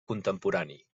contemporani